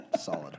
Solid